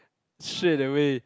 straight away